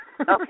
Okay